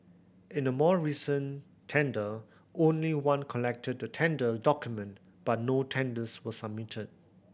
in a more recent tender only one collected the tender document but no tenders were submitted